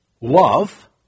love